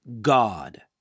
God